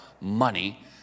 money